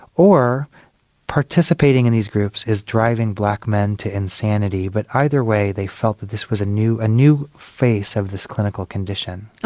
or participating in these groups is driving black men to insanity. but either way they felt that this was a new new face of this clinical condition.